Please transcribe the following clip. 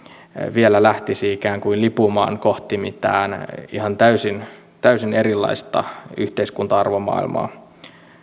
vielä lähtisi ikään kuin lipumaan kohti mitään ihan täysin täysin erilaista yhteiskunta arvomaailmaa